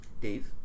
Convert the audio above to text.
Dave